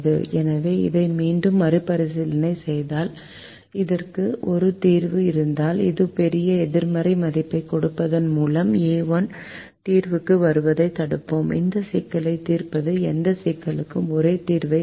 எனவே இதை மீண்டும் மறுபரிசீலனை செய்தால் இதற்கு ஒரு தீர்வு இருந்தால் ஒரு பெரிய எதிர்மறை மதிப்பைக் கொடுப்பதன் மூலம் a 1 தீர்வுக்கு வருவதைத் தடுப்போம் இந்த சிக்கலைத் தீர்ப்பது இந்த சிக்கலுக்கு அதே தீர்வைக் கொடுக்கும்